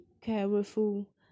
careful